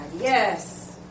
Yes